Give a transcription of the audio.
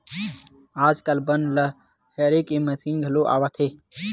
आजकाल बन ल हेरे के मसीन घलो आवत हे